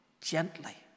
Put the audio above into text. gently